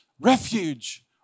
Refuge